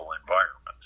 environments